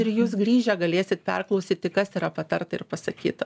ir jūs grįžę galėsit perklausyti kas yra patarta ir pasakyta